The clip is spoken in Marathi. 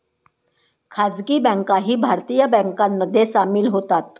खासगी बँकाही भारतीय बँकांमध्ये सामील होतात